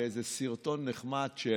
באיזה סרטון נחמד של